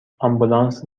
آمبولانس